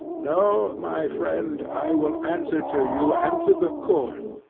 no, my friend i will answer to you and to the court,